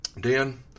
Dan